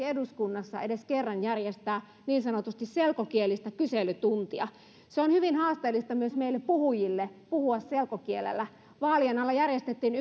eduskunnassa edes kerran järjestää niin sanotusti selkokielistä kyselytuntia on hyvin haasteellista myös meille puhujille puhua selkokielellä vaalien alla järjestettiin